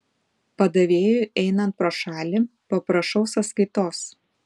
padavėjui einant pro šalį paprašau sąskaitos